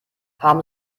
haben